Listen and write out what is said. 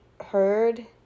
heard